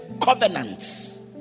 covenants